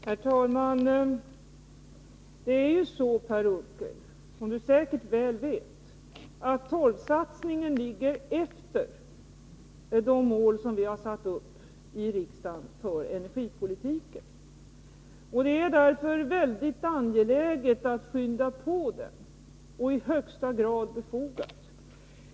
Herr talman! Det är ju så, som Per Unckel säkert väl vet, att torvsatsningen ligger efter de mål som riksdagen har satt upp för energipolitiken. Det är därför mycket angeläget och i högsta grad befogat att skynda på den.